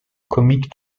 comique